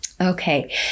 okay